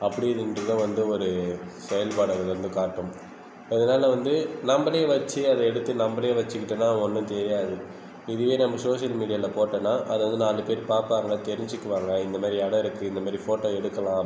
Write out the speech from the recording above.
அப்படினின்று தான் வந்து ஒரு செயல்பாடு அங்கேருந்து காட்டும் அதனால் வந்து நம்பளே வெச்சு அதை எடுத்து நம்பளே வெச்சுக்கிட்டோனா ஒன்றும் தெரியாது இதுவே நம்ம ஷோஷியல் மீடியாவில் போட்டோனால் அதாவது நாலு பேர் பார்ப்பாங்க தெரிஞ்சுக்குவாங்க இந்த மாரி இடம் இருக்குது இந்த மாதிரி ஃபோட்டோ எடுக்கலாம்